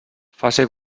fase